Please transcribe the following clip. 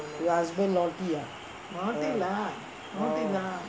your husband naughty ah